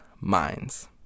minds